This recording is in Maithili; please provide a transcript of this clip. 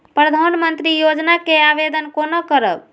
प्रधानमंत्री योजना के आवेदन कोना करब?